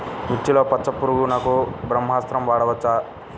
మిర్చిలో పచ్చ పురుగునకు బ్రహ్మాస్త్రం వాడవచ్చా?